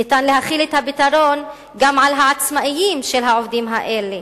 ניתן להחיל את הפתרון גם על העצמאים בקרב העובדים האלה,